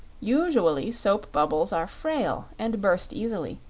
usually, soap-bubbles are frail and burst easily,